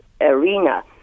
arena